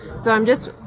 so i'm just.